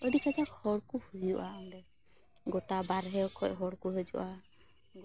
ᱟᱹᱰᱤ ᱠᱟᱡᱟᱠ ᱦᱚᱲ ᱠᱚ ᱦᱩᱭᱩᱜᱼᱟ ᱚᱸᱰᱮ ᱜᱚᱴᱟ ᱵᱟᱨᱦᱮ ᱠᱷᱚᱡ ᱦᱚᱲ ᱠᱚ ᱦᱤᱡᱩᱜᱼᱟ